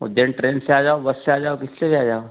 Ujjain train से आ जाओ बस से आ जाओ किस से भी आ जाओ